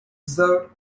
served